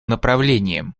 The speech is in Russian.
направлениям